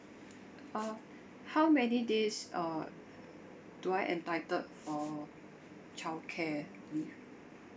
uh how many days uh do I entitled for childcare leave